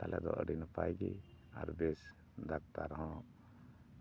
ᱛᱟᱦᱞᱮ ᱫᱚ ᱟᱹᱰᱤ ᱱᱟᱯᱟᱭ ᱜᱮ ᱟᱨ ᱵᱮᱥ ᱰᱟᱠᱛᱟᱨ ᱦᱚᱸ